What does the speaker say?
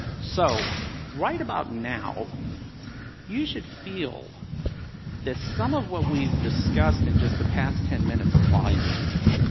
so right about now you should feel that some of what we've discussed in just the past ten minutes applies to you.